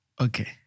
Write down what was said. Okay